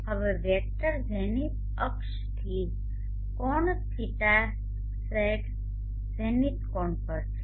હવે vector zenith અક્ષથી કોણ θz ઝેનિથ કોણ પર છે